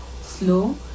slow